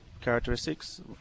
characteristics